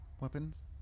weapons